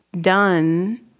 done